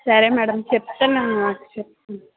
సరే మ్యాడం చెప్తా మ్యామ్ చెప్తాం